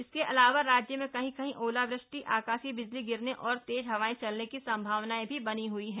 इसके अलावा राज्य में कहीं कहीं ओलावृष्टि आकाशीय बिजली गिरने और तेज हवाएं चलने की संभावना भी बनी हई है